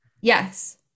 Yes